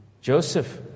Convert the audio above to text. Joseph